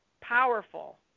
Powerful